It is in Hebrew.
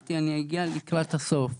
אמרתי שאני אגיע לקראת הסוף,